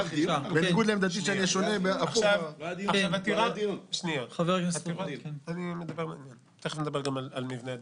שאני שונה --- תכף נדבר גם על מבנה הדיון.